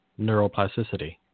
neuroplasticity